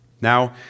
Now